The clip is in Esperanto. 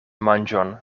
manĝon